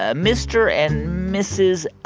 ah mr. and mrs.